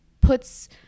puts